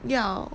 要